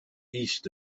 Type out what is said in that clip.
east